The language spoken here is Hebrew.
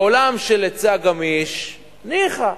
בעולם של היצע גמיש, ניחא.